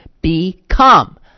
become